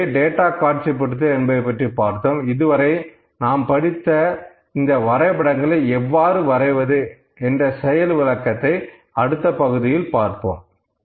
இதுவரை நாம் படித்த இந்த வரைபடங்களை எவ்வாறு வரைவது என்ற செயல் விளக்கத்தை அடுத்த பகுதியில் பார்ப்போம்